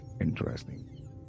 interesting